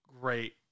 great